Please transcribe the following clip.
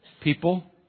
people